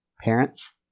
Parents